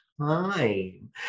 time